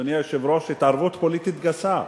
אדוני היושב-ראש, התערבות פוליטית גסה,